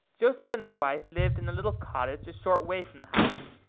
joseph and his wife lived in a little cottage a short way from the house.